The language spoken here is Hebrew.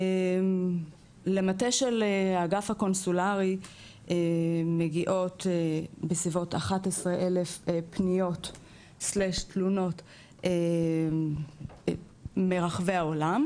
למטה של אגף הקונסולרי מגיעות בסביבות 11,000 פניות/תלונות מרחבי העולם,